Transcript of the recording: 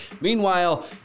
Meanwhile